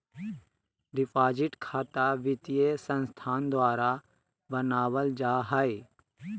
deposit खता वित्तीय संस्थान द्वारा बनावल जा हइ